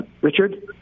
Richard